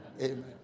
Amen